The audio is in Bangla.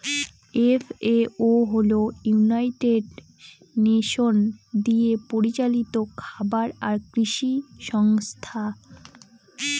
এফ.এ.ও হল ইউনাইটেড নেশন দিয়ে পরিচালিত খাবার আর কৃষি সংস্থা